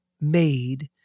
made